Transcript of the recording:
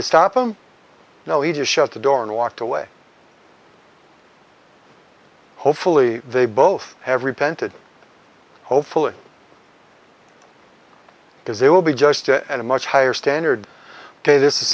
to stop them no he just shut the door and walked away hopefully they both have repented hopefully because they will be just at a much higher standard ok this is